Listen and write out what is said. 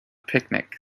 picnic